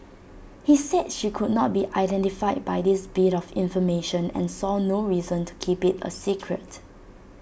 he said she could not be identified by this bit of information and saw no reason to keep IT A secret